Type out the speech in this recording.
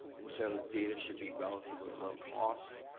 and so data should be relatively low cost,